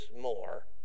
more